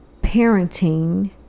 parenting